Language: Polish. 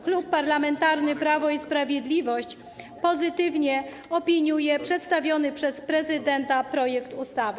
Klub Parlamentarny Prawo i Sprawiedliwość pozytywnie opiniuje przedstawiony przez prezydenta projekt ustawy.